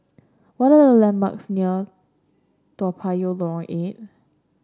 what are landmarks near Toa Payoh Lorong Eight